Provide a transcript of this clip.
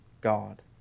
God